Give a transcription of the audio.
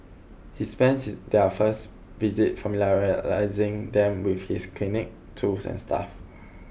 he spends their first visit them with his clinic tools and staff